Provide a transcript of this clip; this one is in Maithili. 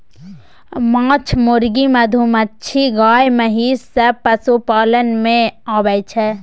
माछ, मुर्गी, मधुमाछी, गाय, महिष सब पशुपालन मे आबय छै